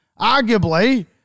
Arguably